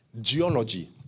geology